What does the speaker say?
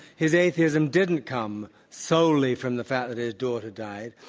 his atheism didn't come solely from the fact that his daughter died.